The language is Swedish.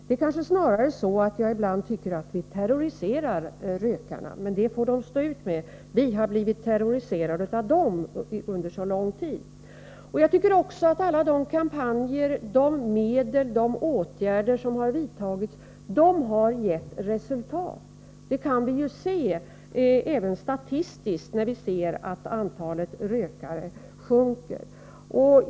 Det kanske snarare är så att vi — ibland tänker jag så — terroriserar rökarna. Men det får de stå ut med. Vi har blivit terroriserade av dem under så lång tid. Jag tycker också att alla de kampanjer, de medel och de åtgärder som har vidtagits har gett resultat. Det kan vi ju se även statistiskt när vi ser att antalet rökare sjunker.